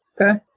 Okay